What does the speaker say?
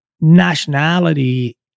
nationality